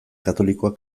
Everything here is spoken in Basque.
katolikoa